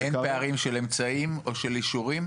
אין פערים של אמצעים או של אישורים?